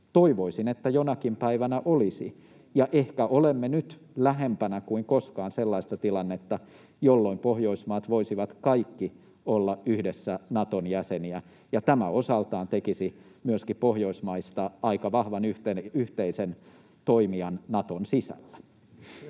Toivoisin, että jonakin päivänä olisivat, ja ehkä olemme nyt lähempänä kuin koskaan sellaista tilannetta, jolloin Pohjoismaat voisivat kaikki olla yhdessä Naton jäseniä. Tämä osaltaan tekisi myöskin Pohjoismaista aika vahvan yhteisen toimijan Naton sisällä.